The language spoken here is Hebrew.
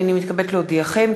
הנני מתכבדת להודיעכם,